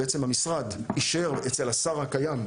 בו בעצם המשרד אישר אצל השר הקיים,